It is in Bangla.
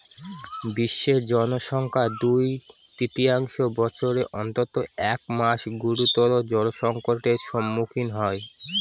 বিশ্বের জনসংখ্যার দুই তৃতীয়াংশ বছরের অন্তত এক মাস গুরুতর জলসংকটের সম্মুখীন হয়